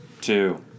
two